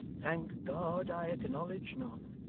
thank god i acknowledge none!